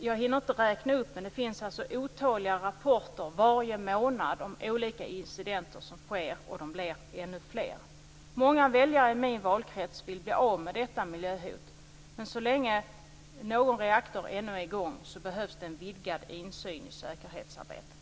Jag hinner inte räkna upp dem, men det finns otaliga rapporter varje månad om olika incidenter som sker, och de blir bara fler. Många väljare i min valkrets vill bli av med detta miljöhot, men så länge någon reaktor ännu är i gång behövs det en vidgad insyn i säkerhetsarbetet.